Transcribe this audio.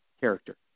character